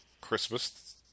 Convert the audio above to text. Christmas